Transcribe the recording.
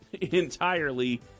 entirely